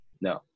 no